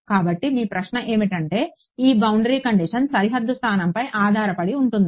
కాబట్టి మీ ప్రశ్న ఏమిటంటే ఈ బౌండరీ కండిషన్ సరిహద్దు స్థానంపై ఆధారపడి ఉంటుందా